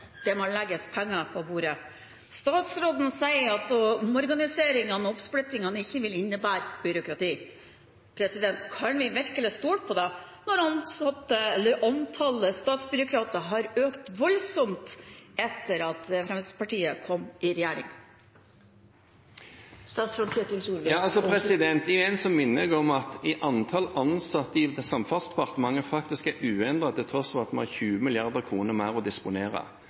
Det må legges penger på bordet. Statsråden sier at omorganiseringen og oppsplittingen ikke vil innebære byråkrati. Kan vi virkelig stole på det når antall statsbyråkrater har økt voldsomt etter at Fremskrittspartiet kom i regjering? Igjen minner jeg om at antall ansatte i Samferdselsdepartementet faktisk er uendret til tross for at man har 20 mrd. kr mer å disponere.